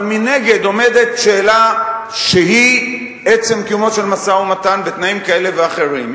אבל מנגד עומדת שאלה שהיא עצם קיומו של משא-ומתן בתנאים כאלה ואחרים,